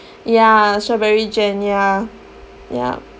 ya strawberry gen ya yup